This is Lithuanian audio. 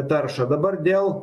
taršą dabar dėl